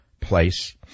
place